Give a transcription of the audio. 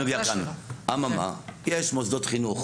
יש מוסדות חינוך